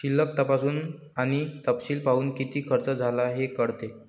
शिल्लक तपासून आणि तपशील पाहून, किती खर्च झाला हे कळते